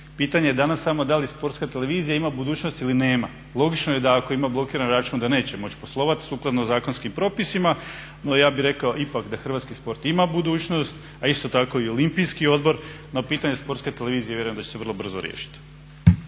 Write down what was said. pitanje je danas samo da li Sportska televizija ima budućnost ili nema? Logično je da ako ima blokiran račun da neće moći poslovati sukladno zakonskim propisima, no ja bi rekao ipak da hrvatski sport ima budućnost, a isto tako i Olimpijski odbor, no pitanje Sportske televizije vjerujem da će se vrlo brzo riješiti.